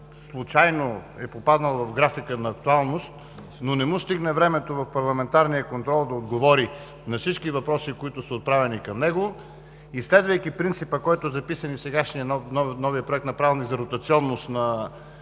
случайно е попаднал в графика на актуалност, но не му стигне времето в парламентарния контрол да отговори на всички въпроси, които са отправени към него, и следвайки принципа, който е записан и в сегашния нов Проект на правилник за ротационност на